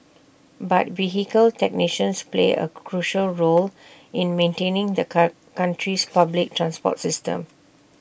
but vehicle technicians play A crucial role in maintaining the country's public transport system